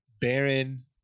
Baron